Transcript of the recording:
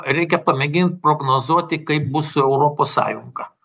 reikia pamėgint prognozuoti kaip bus su europos sąjunga